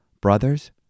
Brothers